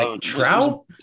Trout